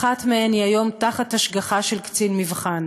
אחת מהם היא היום תחת השגחה של קצין מבחן,